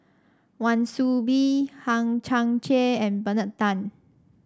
Wan Soon Bee Hang Chang Chieh and Bernard Tan